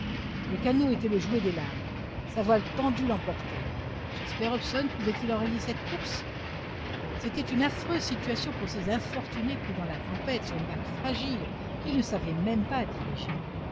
le canot était le jouet des lames sa voile tendue l'emportait jasper hobson pouvait-il enrayer cette course c'était une affreuse situation pour ces infortunés pris dans la tempête sur une barque fragile qu'ils ne savaient même pas diriger